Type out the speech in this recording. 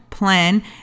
plan